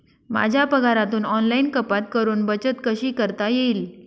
माझ्या पगारातून ऑनलाइन कपात करुन बचत कशी करता येईल?